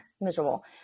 miserable